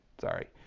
Sorry